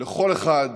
ולכל אחד